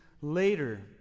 later